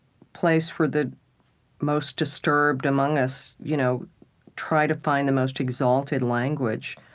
place where the most disturbed among us you know try to find the most exalted language